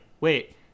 wait